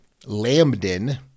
Lambden